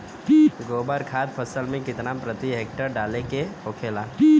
गोबर खाद फसल में कितना प्रति हेक्टेयर डाले के होखेला?